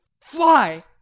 Fly